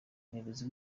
umuyobozi